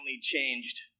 changed